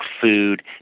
food